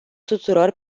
tuturor